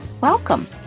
Welcome